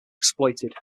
exploited